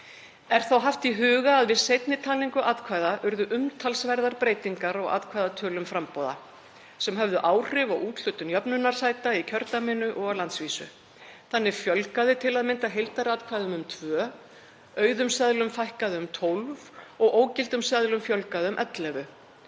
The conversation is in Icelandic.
Er þá haft í huga að við seinni talningu atkvæða urðu umtalsverðar breytingar á atkvæðatölum framboða, sem höfðu áhrif á úthlutun jöfnunarsæta í kjördæminu og á landsvísu. Þannig fjölgaði til að mynda heildaratkvæðum um tvö, auðum seðlum fækkaði um 12 og ógildum seðlum fjölgaði um